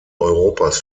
europas